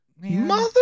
Mother